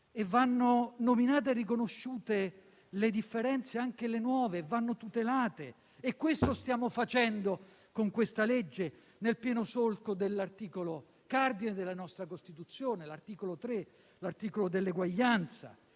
vanno nominate e riconosciute le differenze, anche quelle nuove, e vanno tutelate e questo è quello che stiamo facendo con questa legge, nel pieno solco dell'articolo cardine della nostra Costituzione, l'articolo 3 sull'uguaglianza.